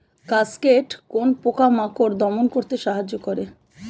Cascade কোন পোকা মাকড় দমন করতে সাহায্য করে?